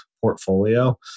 portfolio